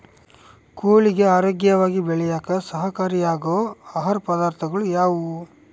ಕೋಳಿಗೆ ಆರೋಗ್ಯವಾಗಿ ಬೆಳೆಯಾಕ ಸಹಕಾರಿಯಾಗೋ ಆಹಾರ ಪದಾರ್ಥಗಳು ಯಾವುವು?